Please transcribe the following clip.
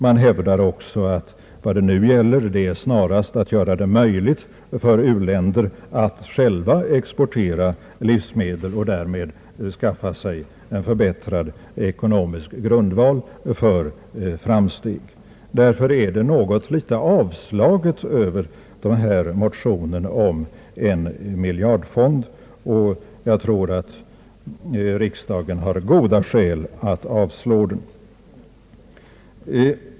Man hävdar också att det nu snarast gäller att möjliggöra för u-länder att själva exportera livsmedel och därmed skaffa sig en förbättrad ekonomisk grundval för framsteg. Därför är det något »avslaget» över motionen om en miljardfond och jag tror riksdagen har goda skäl att avslå den.